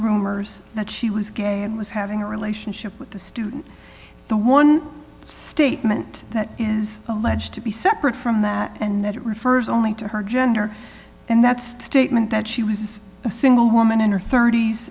rumors that she was gay and was having a relationship with the student the one statement that is alleged to be separate from that and that refers only to her gender and that's the statement that she was a single woman in her thirt